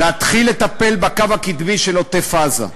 להתחיל לטפל בקו הקדמי של עוטף-עזה.